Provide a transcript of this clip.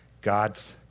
God's